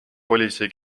politsei